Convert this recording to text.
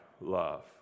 love